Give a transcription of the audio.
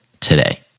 today